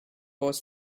voice